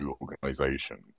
organization